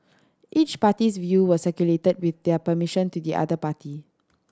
each party's view were circulated with their permission to the other party